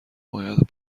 باید